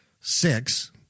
six